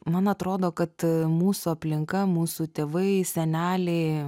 man atrodo kad mūsų aplinka mūsų tėvai seneliai